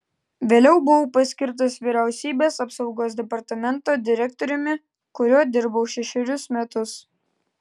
vėliau buvau paskirtas vyriausybės apsaugos departamento direktoriumi kuriuo dirbau šešerius metus